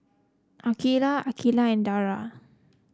Aqilah Aqilah and Dara